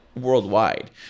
worldwide